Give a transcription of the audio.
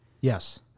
Yes